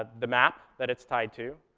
ah the map that it's tied to,